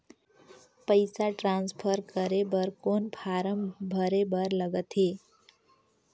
पईसा ट्रांसफर करे बर कौन फारम भरे बर लगथे?